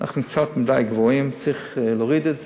אנחנו מדי גבוהים בזה, וצריך להוריד את זה.